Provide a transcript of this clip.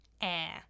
air